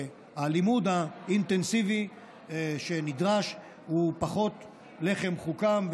שהלימוד האינטנסיבי שנדרש הוא פחות לחם חוקם,